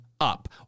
up